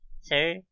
Sir